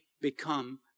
become